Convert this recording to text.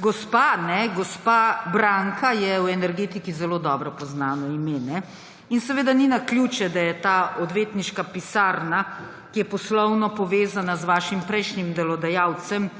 gospa Branka, je v energetiki zelo dobro poznano ime. Seveda ni naključje, da je ta odvetniška pisarna, ki je poslovno povezana z vašim prejšnjim delodajalcem